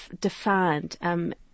defined